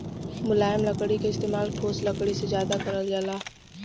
मुलायम लकड़ी क इस्तेमाल ठोस लकड़ी से जादा करल जाला